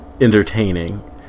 entertaining